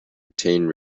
retained